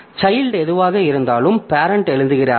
child எதுவாக இருந்தாலும் parent எழுதுகிறார்கள்